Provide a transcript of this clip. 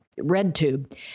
RedTube